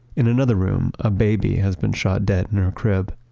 in another room, a baby has been shot dead in her crib.